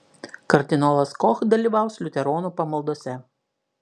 kardinolas koch dalyvaus liuteronų pamaldose